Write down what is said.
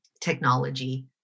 technology